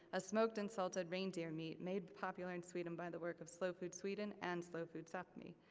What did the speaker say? a smoked and salted reindeer meat, made popular in sweden by the work of slow food sweden, and slow food sapmi.